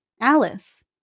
Alice